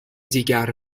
دیگر